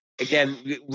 Again